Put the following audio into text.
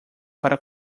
para